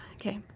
okay